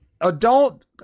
adult